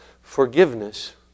Forgiveness